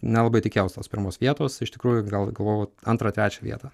nelabai tikėjaus tos pirmos vietos iš tikrųjų gal galvojau antrą trečią vietą